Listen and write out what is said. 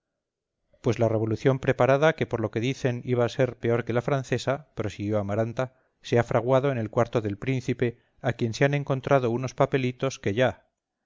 pues la revolución preparada que por lo que dicen iba a ser peor que la francesa prosiguió amaranta se ha fraguado en el cuarto del príncipe a quien se han encontrado unos papelitos que ya